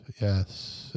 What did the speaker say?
yes